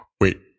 Wait